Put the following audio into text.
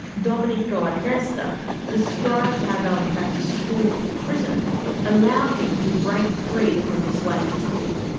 domenico agresta described how going back to school in prison allowed him to break free from this way of thinking.